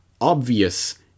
obvious